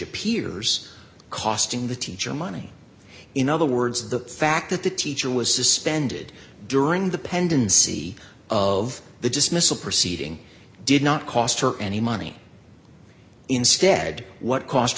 appears costing the teacher money in other words the fact that the teacher was suspended during the pendency of the dismissal proceeding did not cost her any money instead what cost